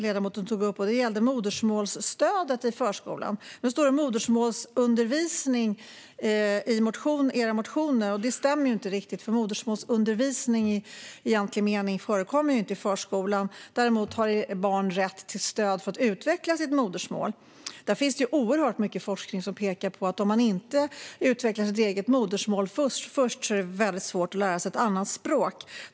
Ledamoten tog upp modersmålsstödet i förskolan. I era motioner står det "modersmålsundervisning". Denna benämning stämmer inte riktigt, för modersmålsundervisning i egentlig mening förekommer inte i förskolan. Däremot har barn rätt till stöd för att utveckla sitt modersmål. Det finns oerhört mycket forskning som pekar på att om man inte utvecklar sitt eget modersmål först är det väldigt svårt att lära sig ett annat språk.